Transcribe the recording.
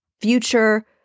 Future